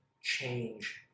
change